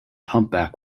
humpback